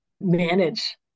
manage